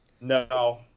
No